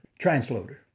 transloader